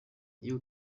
iyo